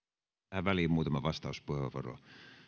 tähän väliin muutama vastauspuheenvuoro